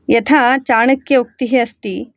यथा चाणक्योक्तिः अस्ति